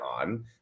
on